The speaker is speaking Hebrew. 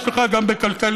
יש לך גם בכלכליסט,